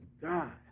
God